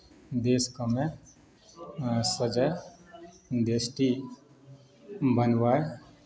देशके मे सजय देष्टि बनबै